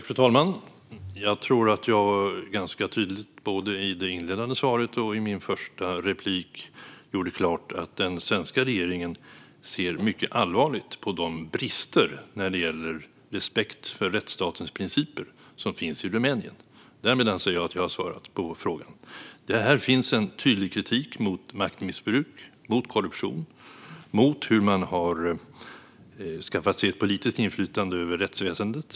Fru talman! Jag tror att jag ganska tydligt både i det inledande svaret och i mitt första inlägg gjorde klart att den svenska regeringen ser mycket allvarligt på de brister när det gäller respekt för rättsstatens principer som finns i Rumänien. Därmed anser jag att jag har svarat på frågan. Här finns en tydlig kritik mot maktmissbruk, korruption och hur man har skaffat sig ett politiskt inflytande över rättsväsendet.